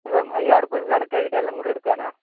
എല്ലാം അയ്യായിരം ഉറിപ്പ്യക്ക് കണക്കായിട്ട് എല്ലാംകൂടി എടുക്കാനാ